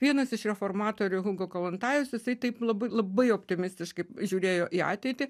vienas iš reformatorių hugo kolontajus jisai taip labai labai optimistiškai žiūrėjo į ateitį